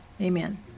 amen